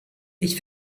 ich